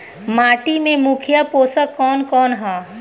माटी में मुख्य पोषक कवन कवन ह?